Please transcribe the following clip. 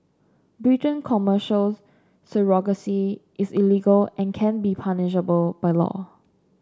Britain Commercial surrogacy is illegal and can be punishable by law